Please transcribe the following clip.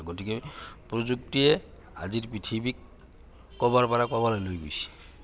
গতিকে প্ৰযুক্তিয়ে আজিৰ পৃথিৱীক ক'বাৰ পৰা ক'বলৈ লৈ গৈছে